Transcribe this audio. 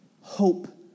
hope